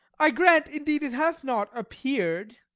i grant indeed it hath not appeared,